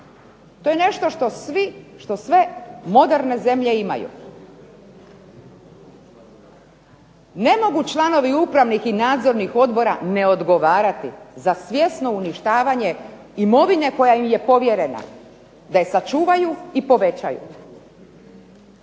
To je nešto što sve moderne zemlje imaju. Ne mogu članovi upravnih i nadzornih odbora ne odgovarati za svjesno uništavanje imovine koja im je povjerena da je sačuvaju i povećaju.